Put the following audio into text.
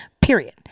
period